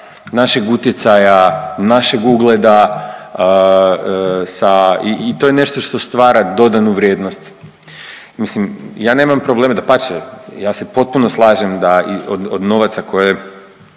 našeg utjecaja, našeg ugleda sa i to je nešto što stvara dodanu vrijednost. Mislim ja nemam problem, dapače ja se potpuno slažem da od novaca koje